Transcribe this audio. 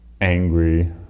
angry